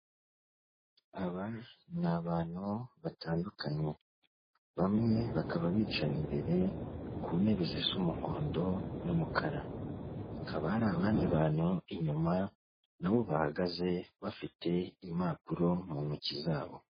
Aba ni abantu batandukanye, bamwe bakaba bicaye imbere ku ntebe zisa umuhondo n'umukara, hakaba hari abandi bantu inyuma nabo bahagaze bafite impapuro mu ntoki zabo.